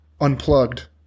Unplugged